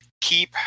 keep